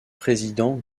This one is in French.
président